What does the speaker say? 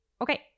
okay